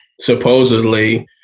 supposedly